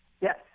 Yes